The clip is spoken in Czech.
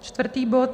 Čtvrtý bod.